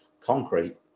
concrete